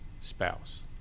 spouse